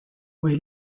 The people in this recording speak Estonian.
või